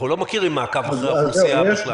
אנחנו לא מכירים מעקב אחרי האוכלוסייה בכלל.